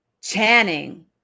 Channing